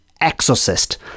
Exorcist